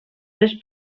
tres